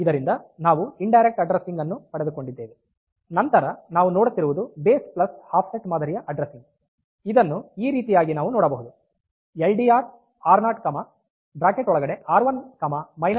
ಇದರಿಂದ ನಾವು indirect addressing ಅನ್ನು ಪಡೆದುಕೊಂಡಿದ್ದೇವೆ ನಂತರ ನಾವು ನೋಡುತ್ತಿರುವುದು ಬೇಸ್ ಪ್ಲಸ್ ಆಫ್ಸೆಟ್ ಮಾದರಿಯ ಅಡ್ದ್ರೆಸ್ಸಿಂಗ್ ಇದನ್ನು ಈ ರೀತಿಯಾಗಿ ನಾವು ನೋಡಬಹುದು ಎಲ್ ಡಿ ಆರ್ ಆರ್0 ಆರ್1 ಆರ್2